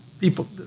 people